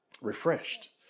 refreshed